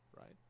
right